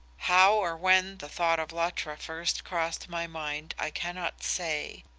how or when the thought of luttra first crossed my mind i cannot say.